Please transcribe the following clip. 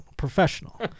Professional